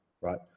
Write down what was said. right